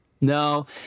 No